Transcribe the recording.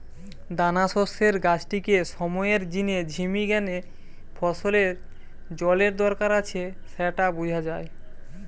দানাশস্যের গাছটিকে সময়ের জিনে ঝিমি গ্যানে ফসলের জলের দরকার আছে স্যাটা বুঝা যায়